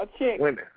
women